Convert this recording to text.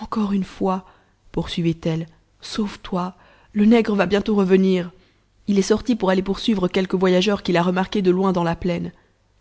encore une fois poursuivit-elle sauvetoi le nègre va bientôt revenir m est sorti pour aller poursuivre quelques voyageurs qu'il a remarqués de loin dans la plaine